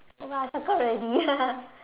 ya I circle already